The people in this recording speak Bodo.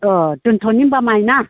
अ दोनथ'नि होनबा माय ना